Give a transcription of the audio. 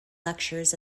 lectures